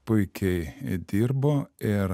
puikiai dirbo ir